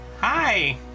Hi